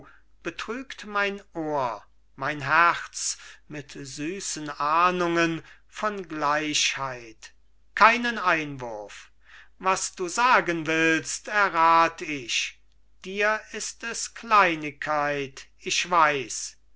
betrügt mein ohr mein herz mit süßen ahndungen von gleichheit keinen einwurf was du sagen willst errat ich dir ist es kleinigkeit ich weiß